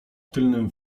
tylnym